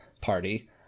party